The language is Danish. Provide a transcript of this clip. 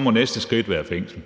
må næste skridt være fængsel.